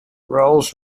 rolls